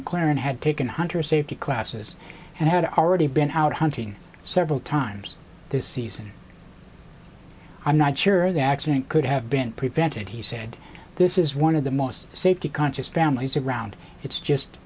mclaren had taken hunter safety classes and had already been out hunting several times this season i'm not sure the accident could have been prevented he said this is one of the most safety conscious families around it's just